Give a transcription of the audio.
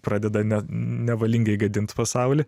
pradeda ne nevalingai gadint pasaulį